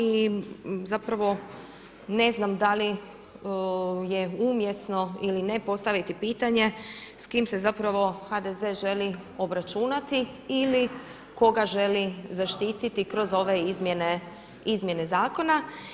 I zapravo ne znam, da li je umjesno ili ne postaviti pitanje, s kim se zapravo HDZ želi obračunati ili koga želi zaštiti kroz ove izmjene zakona.